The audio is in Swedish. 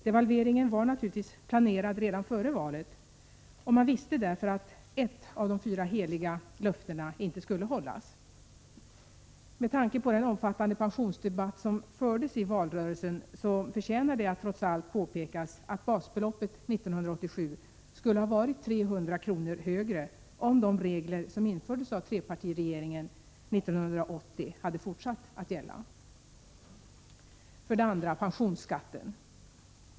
Devalveringen var naturligtvis planerad redan före valet, och man visste därför att ett av de fyra ”heliga” löftena inte skulle hållas. Med tanke på den omfattande pensionsdebatt som fördes i valrörelsen förtjänar det trots allt att påpekas att basbeloppet 1987 skulle ha varit 300 kr. högre om de regler som infördes av trepartiregeringen 1980 hade fortsatt att gälla. För det andra: Pensionsskatten.